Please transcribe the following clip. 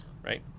right